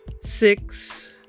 six